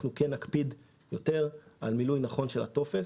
נקפיד יותר על מילוי נכון של הטופס